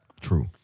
True